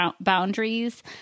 boundaries